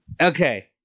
Okay